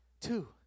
Two